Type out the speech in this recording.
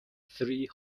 three